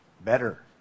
better